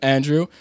Andrew